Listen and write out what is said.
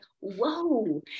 whoa